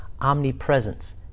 omnipresence